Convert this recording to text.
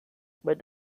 but